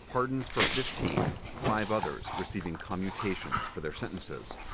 pardons for fifteen, five others receiving commutations for their sentences.